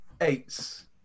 Eights